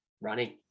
Running